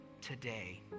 today